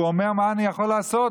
והוא אומר: מה אני יכול לעשות?